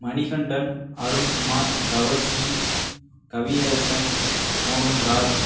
Manikandan Arunkumar Thavasi Kaviyarasan Mohanraj